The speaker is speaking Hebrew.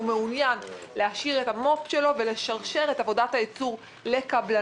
הוא מעוניין להשאיר את המו"פ שלו ולשרשר את עבודת הייצור לקבלנים.